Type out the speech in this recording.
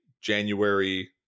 january